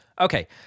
Okay